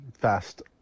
Fast